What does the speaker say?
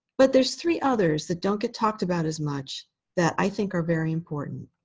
but there's three others that don't get talked about as much that i think are very important.